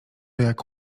jak